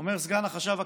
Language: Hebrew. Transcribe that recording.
אומר סגן החשב הכללי: